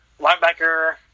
linebacker